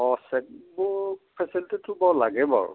অঁ cheque book ফেচিলিটিটো বাৰু লাগে বাৰু